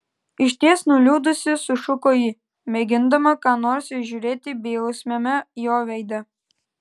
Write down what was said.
išties nuliūdusi sušuko ji mėgindama ką nors įžiūrėti bejausmiame jo veide